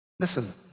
Listen